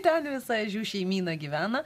ten visa šeimyna gyvena